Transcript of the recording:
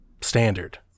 standard